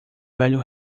velho